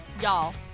y'all